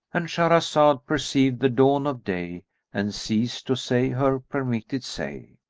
and shahrazad perceived the dawn of day and ceased to say her permitted say.